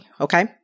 Okay